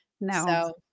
No